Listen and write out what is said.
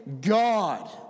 God